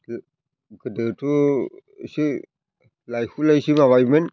गोदोथ' एसे लाइहुलाइसो माबायोमोन